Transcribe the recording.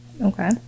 okay